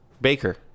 baker